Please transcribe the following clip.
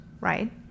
right